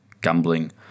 gambling